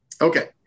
Okay